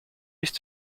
nicht